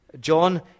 John